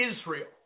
Israel